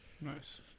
Nice